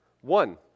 One